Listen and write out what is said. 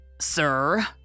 Sir